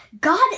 God